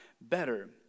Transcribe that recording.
better